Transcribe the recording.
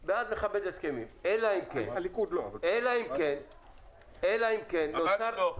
הוא בעד לכבד הסכמים, אלא אם כן --- ממש לא.